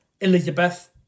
Elizabeth